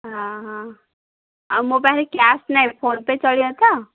ହଁ ହଁ ଆଉ ମୋ ପାଖରେ କ୍ଯାସ୍ ନାହିଁ ଫୋନପେ ଚଳିବ ତ